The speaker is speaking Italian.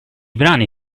brani